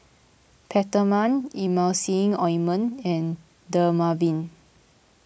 Peptamen Emulsying Ointment and Dermaveen